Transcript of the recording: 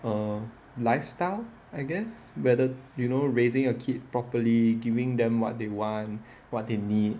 err lifestyle I guess whether you know raising a kid properly giving them what they want what they need